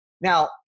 Now